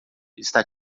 está